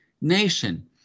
nation